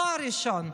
תואר ראשון.